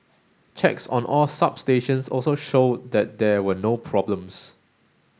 checks on all substations also showed that there were no problems